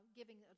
giving